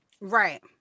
Right